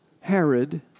Herod